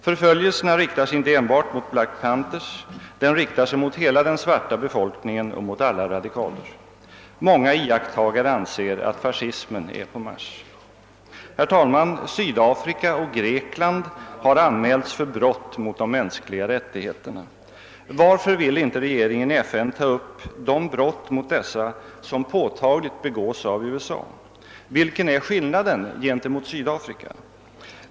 Förföljelserna riktar sig inte enbart mot Black Panthers utan mot hela den svarta befolkningen och mot alla radikaler. Många iakttagare anser att fascismen är på marsch. Sydafrika och Grekland har anmälts för brott mot de mänskliga rättigheterna. Varför vill inte regeringen i FN ta upp de brott mot dessa som påtagligt begås av USA? Vilken är skillnaden gentemot Sydafrika?